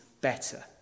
better